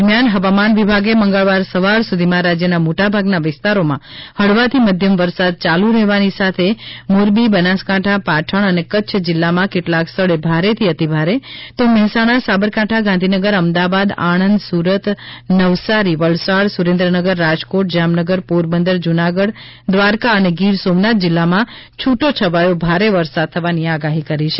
દરમિયાન હવામાન વિભાગે મંગળવાર સવાર સુધીમાં રાજ્યના મોટાભાગના વિસ્તારોમાં હળવાથી મધ્યમ વરસાદ યાલુ રહેવાની સાથે મોરબી બનાસકાંઠા પાટણ અને કચ્છ જિલ્લામાં કેટલાંક સ્થળે ભારેથી અતિભારે તો મહેસાણા સાબરકાંઠા ગાંધીનગર અમદાવાદ આણંદસુરત નવસારી વલસાડ સુરેન્દ્રનગરરાજકોટ જામનગર પોરબંદર જૂનાગઢ દ્વારકા અને ગીર સોમનાથ જિલ્લામાં છૂટોછવાયો ભારે વરસાદ થવાની આગાહી કરી છે